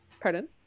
Pardon